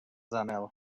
journal